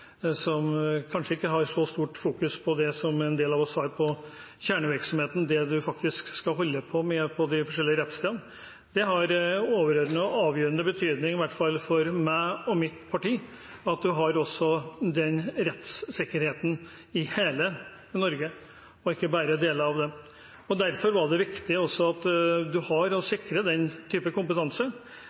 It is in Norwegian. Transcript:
som kanskje ikke fokuserer så mye på kjernevirksomheten som det en del av oss gjør – det man faktisk skal holde på med på de forskjellige rettsstedene. Det har overordnet og avgjørende betydning, i hvert fall for meg og mitt parti, at man også har den rettssikkerheten i hele Norge, og ikke bare i deler av landet. Derfor var det viktig at man også må sikre den typen kompetanse,